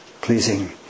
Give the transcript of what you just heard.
pleasing